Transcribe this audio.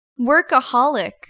workaholic